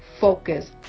focus